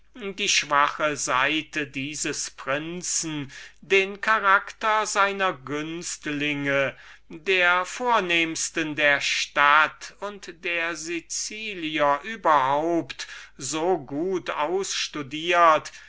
die schwache seite dieses prinzen den charakter seiner günstlinge der vornehmsten der stadt und der sicilianer überhaupt so gut ausstudiert